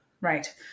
Right